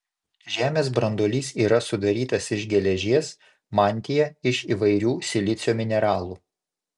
žemės branduolys yra sudarytas iš geležies mantija iš įvairių silicio mineralų